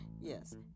Yes